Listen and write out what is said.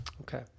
Okay